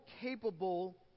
capable